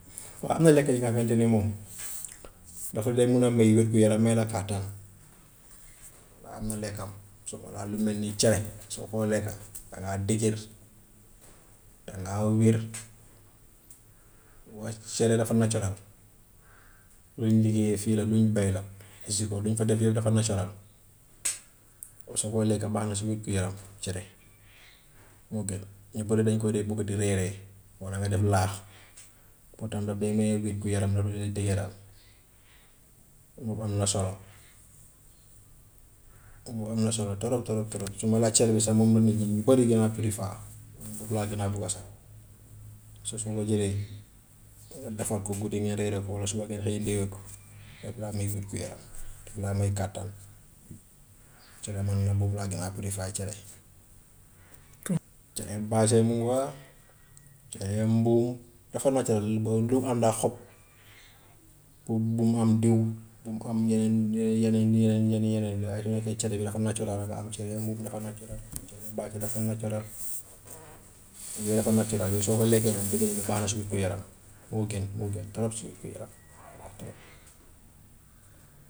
Waa am na lekk yi nga xamante ne moom daf la dee mun a may wér-gu-yaram may la kattan, waa am na lekkam soo ko laa- lu mel ni cere soo koo lekka dangaa dëgër, dangaa wér. Waa cere dafa naturel lu ñu liggéeyee fii la, lu ñu béy la luñ fa def yëpp dafa naturel, soo koy lekk baax na si wér-gu-yaram cere moo gën. Ñu bari dañ ko de bugg di reeree walla nga def laax boobu tam daf dee maye wér-gu-yaram daf la di dëgëral boobu am na solo. Boobu am na solo trop trop trop su ma la cere bi sax moom la nit ñi ñu bari gën a prefer, moom rek laa gën a bugga sax. Su su ma ko jëlee defar ko guddi nii reeree ko walla suba ngeen xëy ndewó ko daf laa may wér-gu-yaram, daf laa may kattan, cere man nag moom laa gën a prefer cere. Cere baase moom waa, cere mbuum dafa naturel ba lu am daal xob, pour bu mu am diw, bu mu ko am yeneen yeneen yeneen yeneen ay donte cere bi dafa naturel daal, cere mbuum dafa naturel, cere baase dafa naturel yooyu dafa naturel, yooyu soo ko lekkee nag dëgg-dëgg baax na si wér-gu-yaram, moo gën moo gën trop si wér-gu-yaram.